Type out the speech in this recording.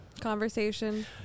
conversation